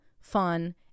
fun